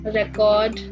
record